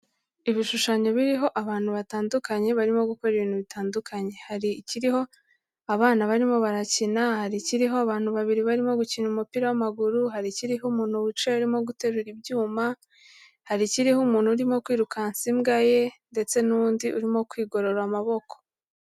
Ibishushanyo biriho abantu batandukanye, barimo gukora ibintu bitandukanye. Hari ikiriho abana barimo barakina, hari ikiriho abantu babiri barimo gukina umupira w'amaguru, hari ikiriho umuntu wicaye arimo guterura ibyuma, hari ikiriho umuntu urimo kwirukansa imbwa ye ndetse n'undi urimo kwigorora amaboko.